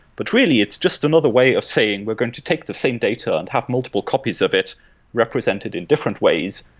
but really, it's just another way of saying we're going to take the same data and have multiple copies of it represented in different ways,